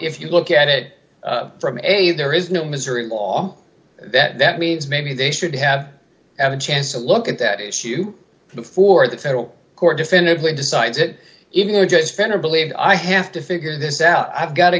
if you look at it from a there is no missouri law that means maybe they should have have a chance to look at that issue before the federal court definitively decides it even though just fenner believe i have to figure this out i've got to